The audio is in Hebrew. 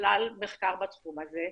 בכלל מחקר בתחום הזה?